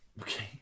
okay